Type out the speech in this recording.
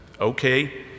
okay